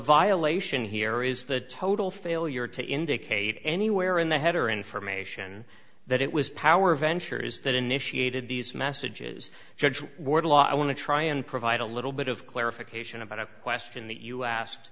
violation here is the total failure to indicate anywhere in the header information that it was power ventures that initiated these messages judge wardlaw i want to try and provide a little bit of clarification about a question